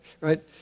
right